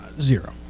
Zero